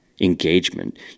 engagement